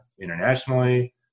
internationally